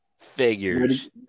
figures